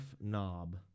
Knob